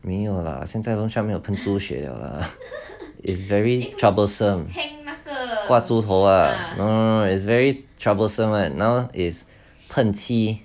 没有啦现在 loan sharks 没有喷猪血了 lah is very troublesome 挂猪头 ah